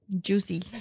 juicy